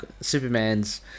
Superman's